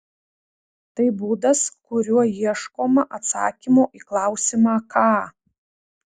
tai būdas kuriuo ieškoma atsakymo į klausimą ką